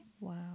Wow